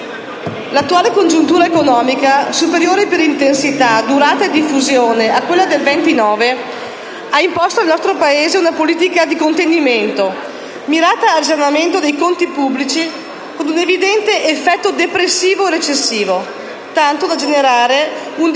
L'attuale congiuntura economica, superiore per intensità, durata e diffusione a quella del 1929, ha imposto al nostro Paese una politica di contenimento mirata al risanamento dei conti pubblici, con un evidente effetto depressivo e recessivo, tanto da generare un diffuso